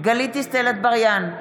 גלית דיסטל אטבריאן,